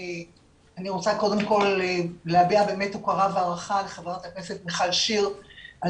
אני רוצה קודם כל להביע הוקרה והערכה לחברת הכנסת מיכל שיר על